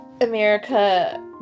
America